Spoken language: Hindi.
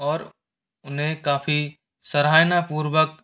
और उन्हें काफ़ी सराहनापूर्वक